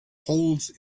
holes